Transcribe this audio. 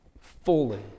Fully